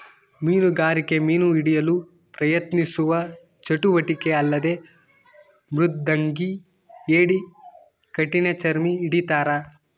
ಮೀನುಗಾರಿಕೆ ಮೀನು ಹಿಡಿಯಲು ಪ್ರಯತ್ನಿಸುವ ಚಟುವಟಿಕೆ ಅಲ್ಲದೆ ಮೃದಂಗಿ ಏಡಿ ಕಠಿಣಚರ್ಮಿ ಹಿಡಿತಾರ